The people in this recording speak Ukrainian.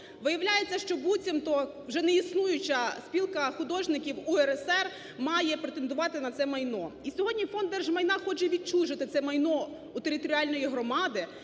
Виявляється, що буцімто вже не існуюча Спілка художників УРСР має претендувати на це майно. І сьогодні Фонд держмайна хоче відчужити це майно у територіальної громади,